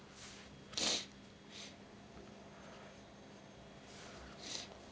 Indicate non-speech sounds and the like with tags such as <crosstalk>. <breath>